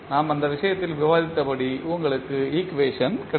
நாம் அந்த விஷயத்தில் விவாதித்தபடி உங்களுக்கு ஈக்குவேஷன் இருக்கும்